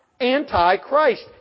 Antichrist